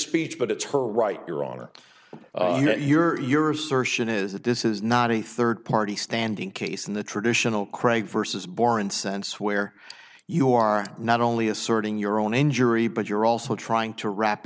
speech but it's her right you're wrong or your your assertion is that this is not a third party standing case in the traditional craig vs boren sense where you are not only asserting your own injury but you're also trying to wrap